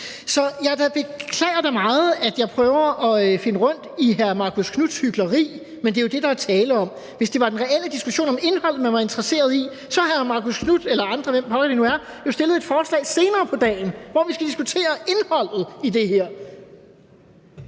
Så jeg beklager da meget, at jeg prøver at finde rundt i hr. Marcus Knuths hykleri, men det er jo det, der er tale om. Hvis det var den reelle diskussion om indhold, man var interesseret i, så havde hr. Marcus Knuth eller andre, hvem pokker de nu er, jo stillet et forslag senere på dagen, hvor vi skal diskutere indholdet i det her.